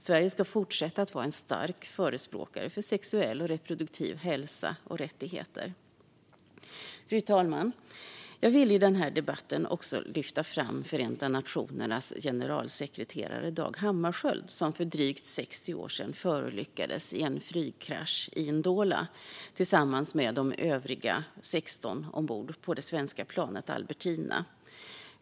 Sverige ska fortsätta att vara en stark förespråkare för sexuell och reproduktiv hälsa och rättigheter. Fru talman! Jag vill i denna debatt också lyfta fram Förenta nationernas generalsekreterare Dag Hammarskjöld, som för drygt 60 år sedan förolyckades i en flygkrasch i Ndola tillsammans med de övriga 16 ombord på det svenska planet Albertina.